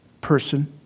person